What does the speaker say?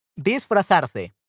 Disfrazarse